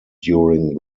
during